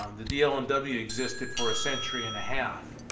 um the dl and w existed for a century and a half,